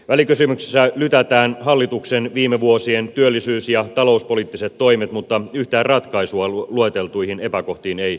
välikysymyksessä lytätään hallituksen viime vuosien työllisyys ja talouspoliittiset toimet mutta yhtään ratkaisua lueteltuihin epäkohtiin ei esitetä